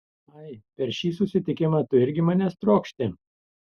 ai per šį susitikimą tu irgi manęs trokšti